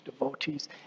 devotees